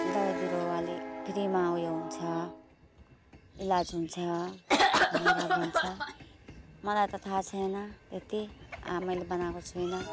दबाई बिरुवाले फ्रिमा उयो हुन्छ इलाज हुन्छ भनेर भन्छ मलाई त थाहा छैन त्यति मैले बनाएको छुइनँ